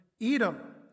Edom